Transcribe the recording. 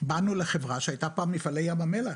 באנו לחברה שהייתה פעם מפעלי ים המלח,